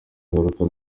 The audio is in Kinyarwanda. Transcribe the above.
ingaruka